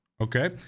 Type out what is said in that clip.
okay